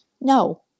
no